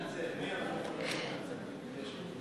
אני מתנצל.